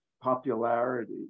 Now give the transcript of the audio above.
popularity